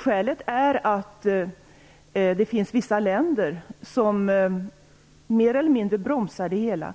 Skälet är att det finns vissa länder som mer eller mindre bromsar det hela.